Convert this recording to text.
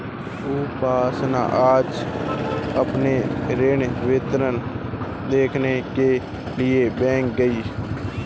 उपासना आज अपना ऋण विवरण देखने के लिए बैंक गई